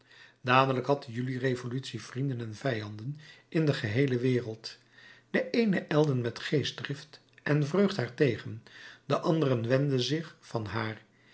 dadelijk had de juli-revolutie vrienden en vijanden in de geheele wereld de eenen ijlden met geestdrift en vreugd haar tegen de anderen wendden zich van haar